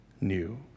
new